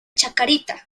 chacarita